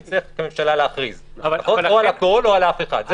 נצטרך כממשלה להכריז או על הכול או על אף אחד.